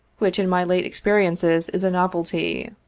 which in my late experiences is a novelty.